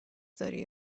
داری